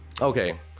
okay